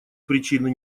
причины